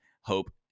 hope